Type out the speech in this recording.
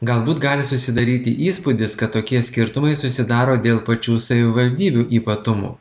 galbūt gali susidaryti įspūdis kad tokie skirtumai susidaro dėl pačių savivaldybių ypatumų